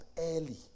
early